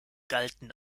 galten